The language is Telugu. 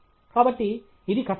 కాబట్టి ఇది కథ